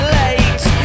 late